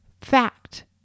fact